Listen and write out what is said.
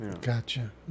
Gotcha